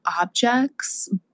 objects